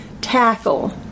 tackle